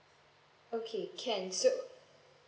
okay can so